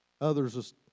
others